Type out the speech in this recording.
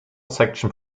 section